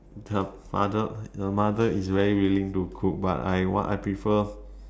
her father her mother is very willing to cook but I want I prefer